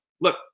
look